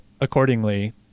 accordingly